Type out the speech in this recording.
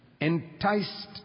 enticed